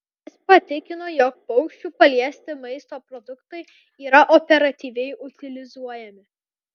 jis patikino jog paukščių paliesti maisto produktai yra operatyviai utilizuojami